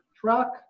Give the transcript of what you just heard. truck